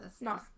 No